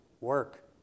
work